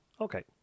Okay